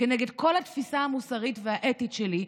כנגד כל התפיסה המוסרית והאתית שלי,